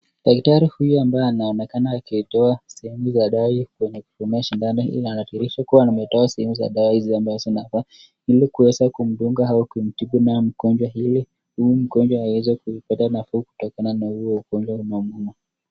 Daktari huyu ambaye anaonekana akitoa sehemu za dawa kwenye kutumia sindano hii anadhihirisha kuwa ametoa sehemu za dawa hizi ambazo zinafaa ili kuweza kumdunga au kumtibu dawa mgonjwa ili huyu mgonjwa aweze kupata nafuu kutokana na huo ugonjwa unamuuma.